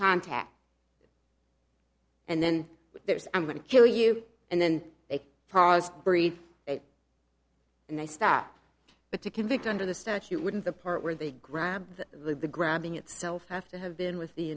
contact and then there's i'm going to kill you and then they pause breathe and they stop but to convict under the statute wouldn't the part where they grabbed the grabbing itself have to have been with the